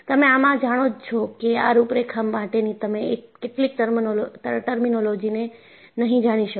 તમે આમાં જાણો જ છો કે આ રૂપરેખા માટેની તમે કેટલીક ટર્મિનોલોજીને નહીં જાણી શકો